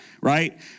right